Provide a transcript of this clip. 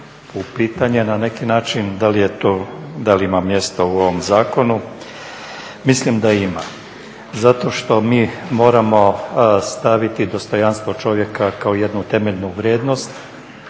u pitanje, na neki način da li je to, da li ima mjesta u ovom zakonu, mislim da ima. Zato što mi moramo staviti dostojanstvo čovjeka kao jednu temeljnu vrijednost